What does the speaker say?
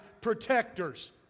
protectors